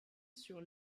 sur